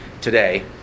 today